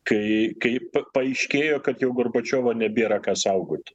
kai kaip paaiškėjo kad jau gorbačiovo nebėra ką saugoti